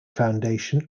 foundation